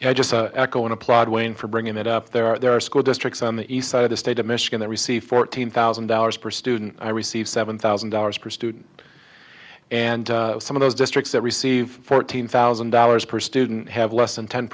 not i just echo and applaud wayne for bringing it up there are there are school districts on the east side of the state of michigan that receive fourteen thousand dollars per student i receive seven thousand dollars per student and some of those districts that receive fourteen thousand dollars per student have less than ten